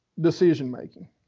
decision-making